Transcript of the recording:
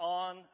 on